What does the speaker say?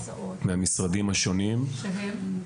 מהמשרדים השונים --- שהם?